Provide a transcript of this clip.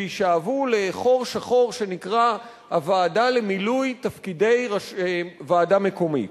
שיישאבו לחור שחור שנקרא "הוועדה למילוי תפקידי ועדה מקומית".